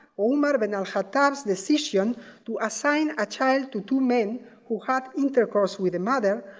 umar benhal hataz' decision to assign a child to two men who had intercourse with the mother.